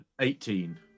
Eighteen